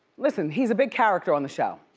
listen, he's a big character on the show.